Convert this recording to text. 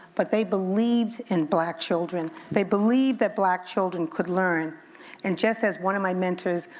but they believed in black children. they believed that black children could learn and just as one of my mentors,